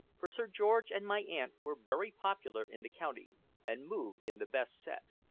for sir george and my aunt were very popular in the county and moved in the best set.